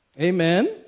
Amen